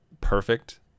perfect